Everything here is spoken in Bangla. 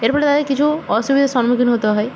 এর ফলে তাদের কিছু অসুবিধার সম্মুখীন হতে হয়